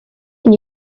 and